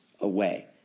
away